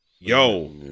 Yo